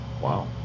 Wow